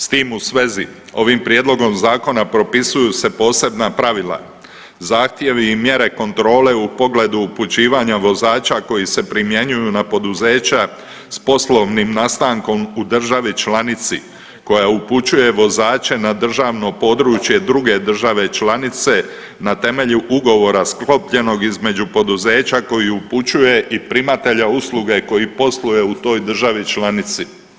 S tim u svezi ovim prijedlogom zakona propisuju se posebna pravila, zahtjevi i mjere kontrole u pogledu upućivanja vozača koji se primjenjuju na poduzeća s poslovnim nastankom u državi članici koja upućuje vozače na državno područje druge države članice na temelju ugovora sklopljenog između poduzeća koji upućuje i primatelja usluge koji posluje u toj državi članici.